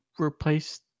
replace